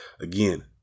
again